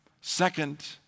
Second